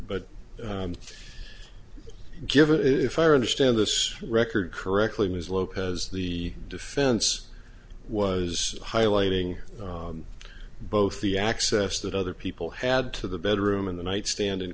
but given if i understand this record correctly ms lopez the defense was highlighting both the access that other people had to the bedroom and the nightstand in